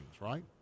right